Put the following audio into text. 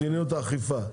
במדיניות האכיפה.